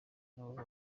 nabo